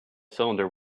cylinder